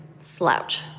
slouch